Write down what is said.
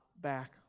back